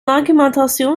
argumentation